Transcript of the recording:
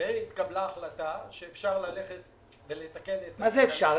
והתקבלה החלטה שאפשר ללכת ולתקן את --- מה זה אפשר?